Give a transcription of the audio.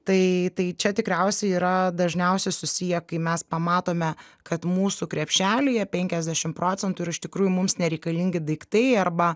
tai tai čia tikriausiai yra dažniausiai susiję kai mes pamatome kad mūsų krepšelyje penkiasdešim procentų yra iš tikrųjų mums nereikalingi daiktai arba